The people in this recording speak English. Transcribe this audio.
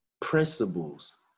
principles